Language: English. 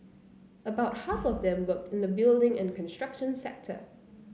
about half of them worked in the building and construction sector